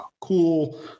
cool